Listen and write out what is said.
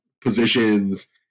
positions